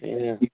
ꯑꯦ